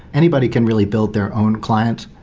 anybody can really build their own client.